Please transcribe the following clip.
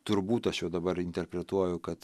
turbūt aš jau dabar interpretuoju kad